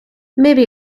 maybe